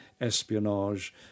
espionage